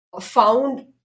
found